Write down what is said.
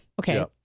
okay